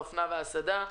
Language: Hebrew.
האופנה וההסעדה,